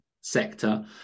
sector